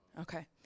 Okay